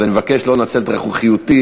ואני מבקש לא לנצל את רכרוכיותי.